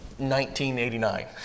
1989